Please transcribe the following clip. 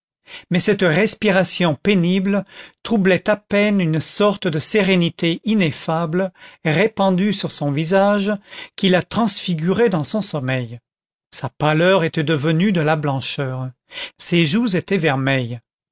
mais cette respiration pénible troublait à peine une sorte de sérénité ineffable répandue sur son visage qui la transfigurait dans son sommeil sa pâleur était devenue de la blancheur ses joues étaient vermeilles